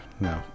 no